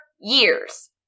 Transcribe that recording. years